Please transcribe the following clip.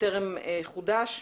וטרם חודש.